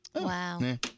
Wow